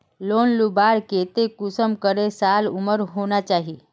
Loan लुबार केते कुंसम करे साल उमर होना चही?